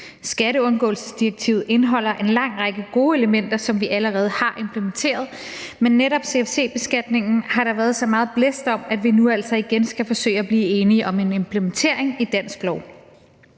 Skatteundgåelsesdirektivet indeholder en lang række gode elementer, som vi allerede har implementeret, men netop CFC-beskatningen har der været så meget blæst om, at vi nu altså igen skal forsøge at blive enige om en implementering i dansk lov.